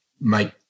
make